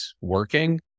working